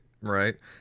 Right